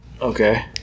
Okay